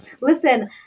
Listen